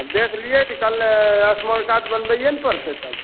देखलियै निकललै आयुष्मान कार्ड बनबैये ने परतै तब